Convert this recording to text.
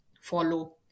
follow